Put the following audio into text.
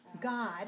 God